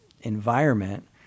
environment